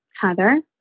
Heather